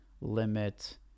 limit